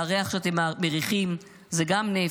והריח שאתם מריחים זה גם נפט,